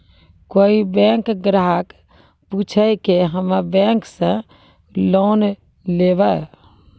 कोई बैंक ग्राहक पुछेब की हम्मे बैंक से लोन लेबऽ?